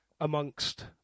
amongst